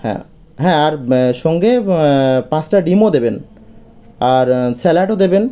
হ্যাঁ হ্যাঁ আর সঙ্গে পাঁচটা ডিমও দেবেন আর স্যালাডও দেবেন